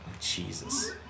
Jesus